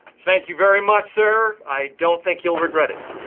thank you very much, sir. i don't think you'll regret it.